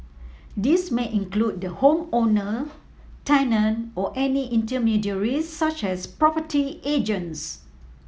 this may include the home owner tenant or any intermediaries such as property agents